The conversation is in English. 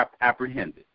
apprehended